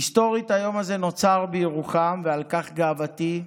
היסטורית היום הזה נוצר בירוחם ועל כך גאוותי,